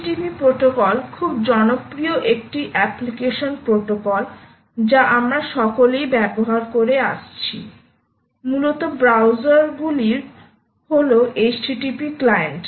HTTP protocol খুব জনপ্রিয় একটি অ্যাপ্লিকেশন প্রোটোকল যা আমরা সকলেই ব্যবহার করে আসছি মূলত ব্রাউজারগুলি হল HTTP ক্লায়েন্ট